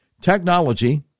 technology